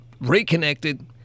reconnected